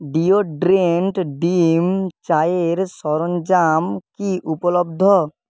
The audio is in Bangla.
ডিওড্রেন্ট ডিম চায়ের সরঞ্জাম কি উপলব্ধ